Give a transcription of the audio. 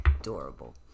Adorable